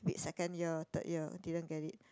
wait second year third year didn't get it